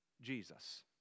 Jesus